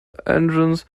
engines